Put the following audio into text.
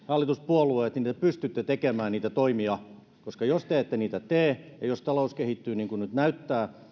hallituspuolueet te pystytte tekemään niitä toimia koska jos te ette niitä tee ja jos talous kehittyy niin kuin nyt näyttää